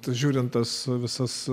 tad žiūrint tas visas